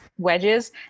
Wedges